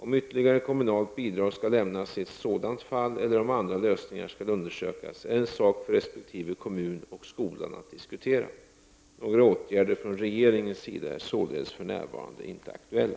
Om ytterligera kommunalt bidrag skall lämnas i ett sådant fall eller om andra lösningar skall undersökas är en sak för resp. kommun och skola att diskutera. Några åtgärder från regeringens sida är således för närvarande inte aktuella.